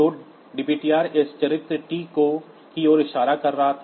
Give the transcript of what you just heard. तो dptr इस चरित्र t की ओर इशारा कर रहा था